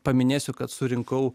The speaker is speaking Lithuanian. paminėsiu kad surinkau